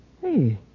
Hey